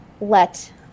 let